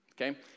Okay